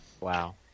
Wow